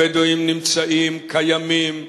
הבדואים נמצאים, קיימים.